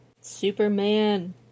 Superman